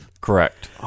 Correct